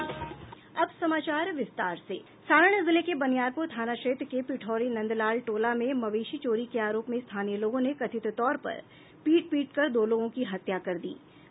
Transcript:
सारण जिले के बनियापुर थाना क्षेत्र के पिठौरी नंदलाल टोला में मवेशी चोरी के आरोप में स्थानीय लोगों ने कथित तौर पर पीट पीटकर दो लोगों की हत्या कर दी गयी